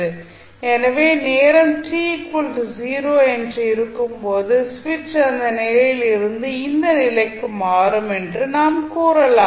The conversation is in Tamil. எனவே நேரம் t0 என்று இருக்கும்போது சுவிட்ச் அந்த நிலையில் இருந்து இந்த நிலைக்கு மாறும் என்று நாம் கூறலாம்